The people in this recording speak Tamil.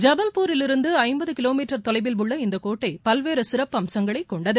ஜபல்பூரிலிருந்து ஐம்பது கிலோமீட்டர் தொலைவில் உள்ள இந்த கோட்டை பல்வேறு சிறப்பு அம்சங்களை கொண்டது